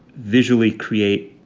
visually create,